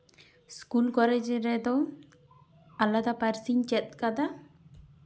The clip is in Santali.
ᱤᱥᱠᱩᱞ ᱠᱚᱞᱮᱡᱽ ᱨᱮᱫᱚ ᱟᱞᱟᱫᱟ ᱯᱟᱹᱨᱥᱤᱧ ᱪᱮᱫ ᱠᱟᱫᱟ